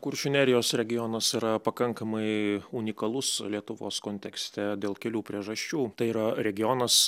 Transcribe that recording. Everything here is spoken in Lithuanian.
kuršių nerijos regionas yra pakankamai unikalus lietuvos kontekste dėl kelių priežasčių tai yra regionas